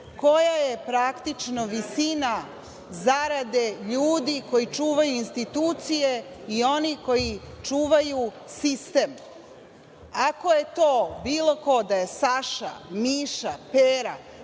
koja je praktično visina zarade ljudi koji čuvaju institucije i onih koji čuvaju sistem? Bilo ko da je Saša, Miša, Pera,